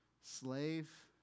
Slave